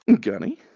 Gunny